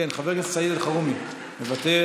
כן, חבר הכנסת סעיד אלחרומי, מוותר.